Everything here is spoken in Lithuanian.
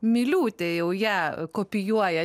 miliūtė jau ją kopijuoja